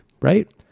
right